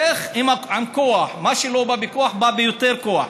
לך עם כוח, מה שלא בא בכוח, בא ביותר כוח.